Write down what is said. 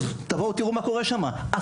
בואו ותראו מה קורה שם ממש בקרוב,